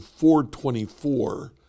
4.24